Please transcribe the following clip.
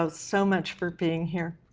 so so much for being here.